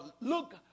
Look